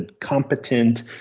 competent